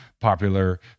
popular